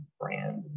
brand